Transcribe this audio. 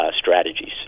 strategies